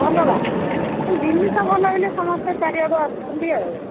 ଭଲ ବା ଜିନିଷ ଭଲ ହେଲେ ସମସ୍ତେ ଚାରିଆଡ଼ୁ ଆସୁଛନ୍ତି ଆଉ